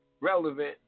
relevant